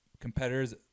competitors